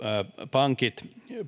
pankit